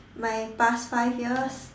my past five years